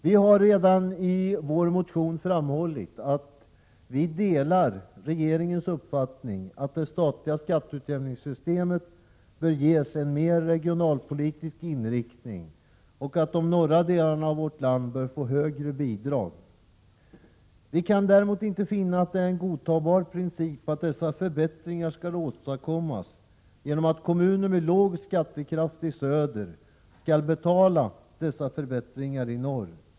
Vi har redan i vår motion framhållit att vi delar regeringens uppfattning att det statliga skatteutjämningssystemet bör ges en mer regionalpolitisk inriktning och att de norra delarna av vårt land bör få högre bidrag. Vi kan däremot inte finna att det är en godtagbar princip att dessa förbättringar skall åstadkommas genom att kommuner i söder med låg skattekraft skall betala dessa förbättringar i norr.